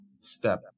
step